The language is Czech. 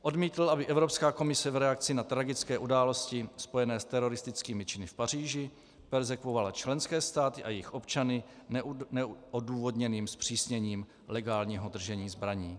Odmítl, aby Evropská komise v reakci na tragické události spojené s teroristickými činy v Paříži perzekvovala členské státy a jejich občany neodůvodněným zpřísněním legálního držení zbraní.